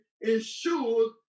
ensures